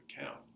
account